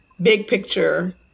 big-picture